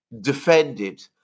defended